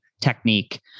technique